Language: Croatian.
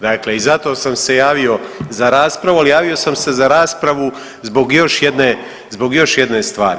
Dakle i zato sam se javio za raspravu, ali javio sam se za raspravu zbog još jedne stvari.